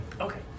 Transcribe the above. Okay